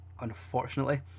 unfortunately